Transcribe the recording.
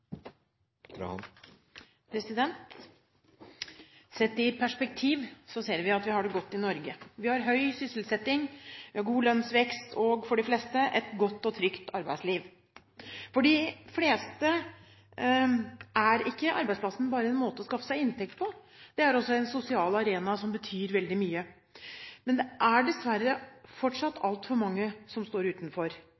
til. Sett i perspektiv ser vi at vi har det godt i Norge. Vi har høy sysselsetting, god lønnsvekst og – for de fleste – et godt og trygt arbeidsliv. For de fleste er ikke arbeidsplassen bare et sted å skaffe seg inntekt på. Det er også en sosial arena som betyr veldig mye. Men det er dessverre fortsatt